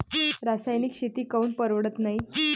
रासायनिक शेती काऊन परवडत नाई?